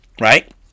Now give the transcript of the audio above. right